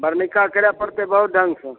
बर्निका करै परतै बहुत ढंग सँ